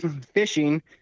fishing